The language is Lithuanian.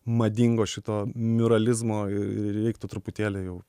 madingo šito miuralizmo ir ir reiktų truputėlį jau